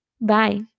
Bye